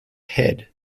head